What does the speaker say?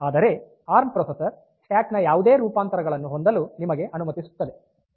ಆದರೆ A R M processor stack ನ ಯಾವುದೇ ರೂಪಾಂತರಗಳನ್ನು ಹೊಂದಲು ನಿಮಗೆ ಅನುಮತಿಸುತ್ತದೆ